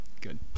Good